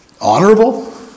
Honorable